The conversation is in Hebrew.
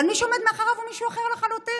אבל מי שעומד מאחוריו הוא מישהו אחר לחלוטין.